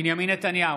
בנימין נתניהו,